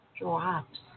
drops